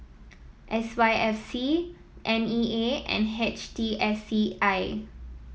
S Y F C N E A and H T S C I